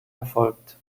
erfolgt